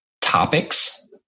topics